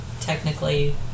technically